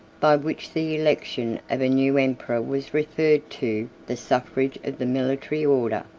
by which the election of a new emperor was referred to the suffrage of the military order.